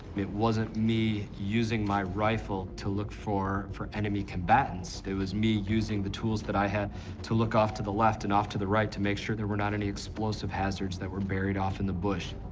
it wasn't me using my rifle to look for for enemy combatants. it was me using the tools that i had to look off to the left and off to the right to make sure there were not any explosive hazards that were buried off in the bush.